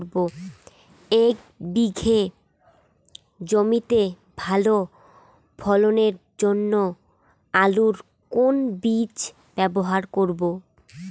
এক বিঘে জমিতে ভালো ফলনের জন্য আলুর কোন বীজ ব্যবহার করব?